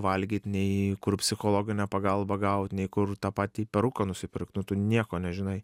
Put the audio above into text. valgyt nei kur psichologinę pagalbą gaut nei kur tą patį peruką nusipirkt nu tu nieko nežinai